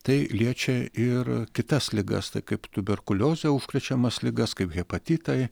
tai liečia ir kitas ligas tai kaip tuberkuliozė užkrečiamas ligas kaip hepatitai